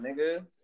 nigga